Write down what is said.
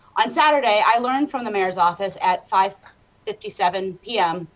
on saturday i learned from the mayor's office at five fifty seven p m.